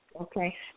okay